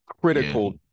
critical